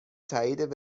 تایید